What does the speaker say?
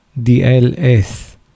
DLS